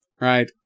right